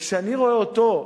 כשאני רואה אותו,